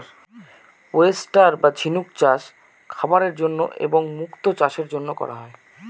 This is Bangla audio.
ওয়েস্টার বা ঝিনুক চাষ খাবারের জন্য এবং মুক্তো চাষের জন্য করা হয়